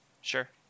Sure